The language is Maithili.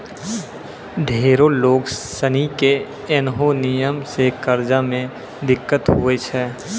ढेरो लोग सनी के ऐन्हो नियम से कर्जा मे दिक्कत हुवै छै